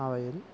അവയിൽ